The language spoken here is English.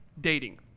dating